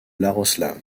iaroslavl